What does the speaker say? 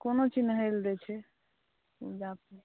कोनो चीज नहि होए लए दै छै उपजा